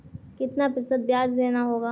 कितना प्रतिशत ब्याज देना होगा?